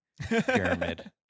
pyramid